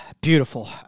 beautiful